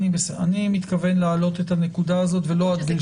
אני מתכוון להעלות את הנקודה הזאת ולא עד גיל